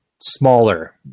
smaller